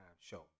show